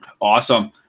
Awesome